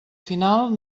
final